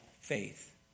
faith